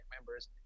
members